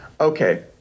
Okay